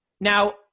now